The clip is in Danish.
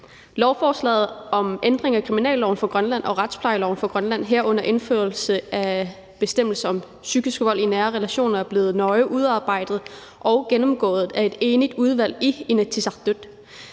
Lovforslaget om ændring af kriminalloven for Grønland og retsplejeloven for Grønland, herunder indførelse af bestemmelser om psykisk vold i nære relationer, er blevet nøje udarbejdet og gennemgået af et enigt udvalg i Inatsisartut.